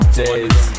days